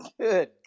Good